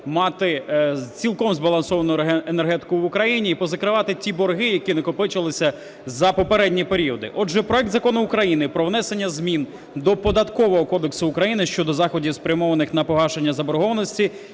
мати цілком збалансовану енергетику в Україні і позакривати ті борги, які накопичилися за попередні періоди. Отже, проект Закону про внесення змін до Податкового кодексу України щодо заходів, спрямованих на погашення заборгованості,